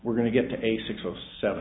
we're going to get to a six or seven